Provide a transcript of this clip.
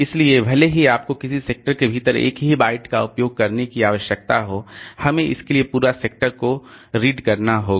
इसलिए भले ही आपको किसी सेक्टर के भीतर एक ही बाइट का उपयोग करने की आवश्यकता हो हमें इसके लिए पूरे सेक्टर को पढ़ना होगा